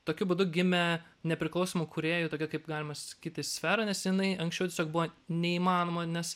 tokiu būdu gimė nepriklausomų kūrėjų tokia kaip galima sakyti sfera nes jinai anksčiau tiesiog buvo neįmanoma nes